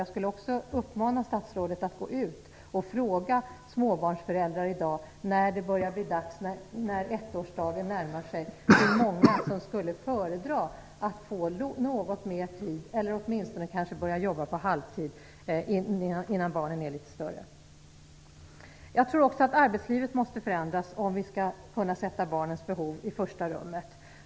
Jag vill också uppmana statsrådet att gå ut och fråga småbarnsföräldrar, vars barns ettårsdag närmar sig, hur många som skulle föredra att få något mer tid för sina barn eller åtminstone en möjlighet att jobba halvtid tills barnen blir litet större. Jag tror också att arbetslivet måste förändras, om vi skall kunna sätta barnens behov i första rummet.